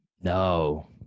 no